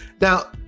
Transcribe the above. Now